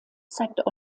zeigt